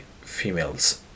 females